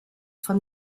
von